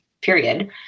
period